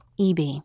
EB